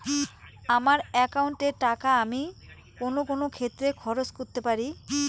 আমার একাউন্ট এর টাকা আমি কোন কোন ক্ষেত্রে খরচ করতে পারি?